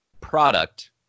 product